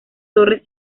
torres